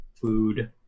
food